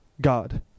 God